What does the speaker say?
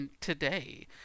today